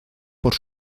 por